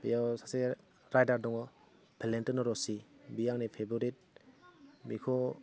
बेयाव सासे राइडार दङ भेलेन्टिन' रसि बियो आंनि फेभरिट बिखौ